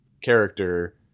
character